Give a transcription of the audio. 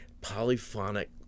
polyphonic